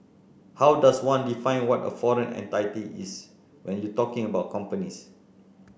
how does one define what a foreign entity is when you're talking about companies